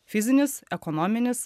fizinis ekonominis